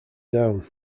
down